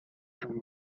from